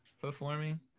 performing